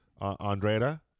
Andrea